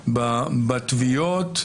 בתביעות?